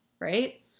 Right